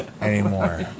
anymore